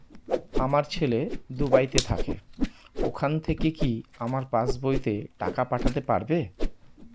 আমার ছেলে দুবাইতে থাকে ওখান থেকে কি আমার পাসবইতে টাকা পাঠাতে পারবে?